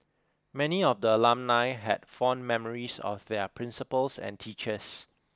many of the alumnae had fond memories of their principals and teachers